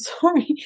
Sorry